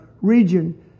region